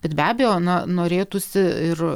bet be abejo na norėtųsi ir